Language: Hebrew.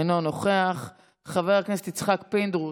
אינו נוכח, חבר הכנסת יצחק פינדרוס,